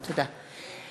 תודה.